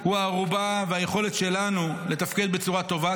הם הערובה והיכולת שלנו לתפקד בצורה טובה.